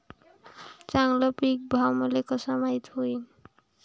चांगला पीक भाव मले कसा माइत होईन?